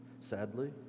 sadly